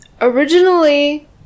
originally